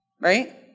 Right